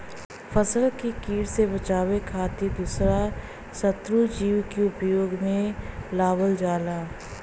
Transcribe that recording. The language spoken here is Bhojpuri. फसल के किट से बचावे खातिर दूसरा शत्रु जीव के उपयोग में लावल जाला